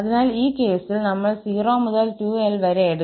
അതിനാൽ ഈ കേസിൽ നമ്മൾ 0 മുതൽ 2𝑙 വരെ എടുക്കും